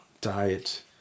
diet